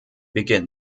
begin